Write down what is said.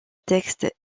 texte